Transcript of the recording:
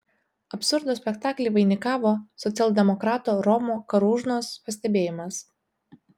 absurdo spektaklį vainikavo socialdemokrato romo karūžnos pastebėjimas